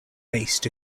based